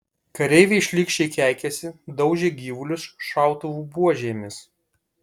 kareiviai šlykščiai keikėsi daužė gyvulius šautuvų buožėmis